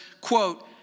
quote